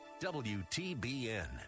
wtbn